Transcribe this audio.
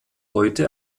heute